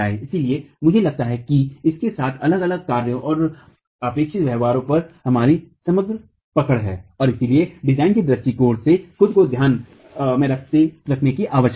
इसलिए मुझे लगता है कि इसके साथ अलग अलग कार्यों और अपेक्षित व्यवहारों पर हमारी समग्र पकड़ है और इसलिए डिजाइन के दृष्टिकोण से खुद को ध्यान रखने की आवश्यकता है